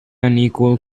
unequal